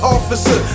Officer